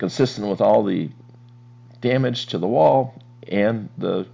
consistent with all the damage to the wall and the